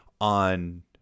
on